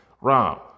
Rob